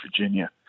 Virginia